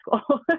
school